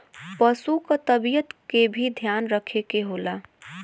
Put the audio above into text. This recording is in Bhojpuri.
पसु क तबियत के भी ध्यान रखे के होला